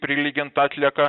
prilygint atlieka